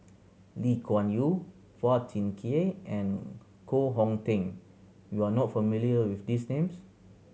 Lee Kuan Yew Phua Thin Kiay and Koh Hong Teng you are not familiar with these names